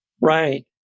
right